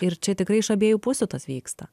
ir čia tikrai iš abiejų pusių tas vyksta